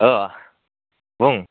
अ बुं